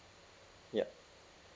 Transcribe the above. ya